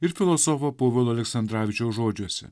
ir filosofo povilo aleksandravičiaus žodžiuose